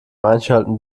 einschalten